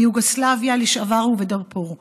ביוגוסלביה לשעבר ובדארפור,